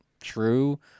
true